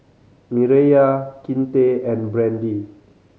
Mireya Kinte and Brandy